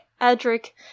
Edric